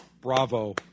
Bravo